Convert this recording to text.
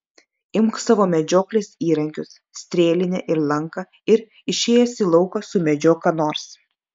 imk savo medžioklės įrankius strėlinę ir lanką ir išėjęs į lauką sumedžiok ką nors